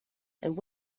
and